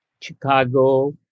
Chicago